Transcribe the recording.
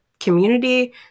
community